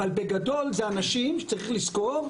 אבל בגדול אלה אנשים, צריך לזכור,